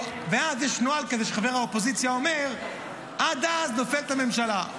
ואז יש נוהל כזה שחבר האופוזיציה אומר: עד אז נופלת הממשלה.